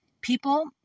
People